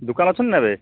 ଦୋକାନ ଅଛନ୍ତି ନା ଏବେ